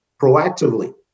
proactively